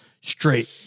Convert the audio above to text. straight